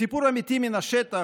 סיפור אמיתי מן השטח,